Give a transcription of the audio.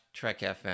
trekfm